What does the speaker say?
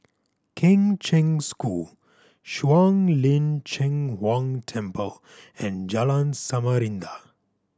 Kheng Cheng School Shuang Lin Cheng Huang Temple and Jalan Samarinda